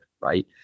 right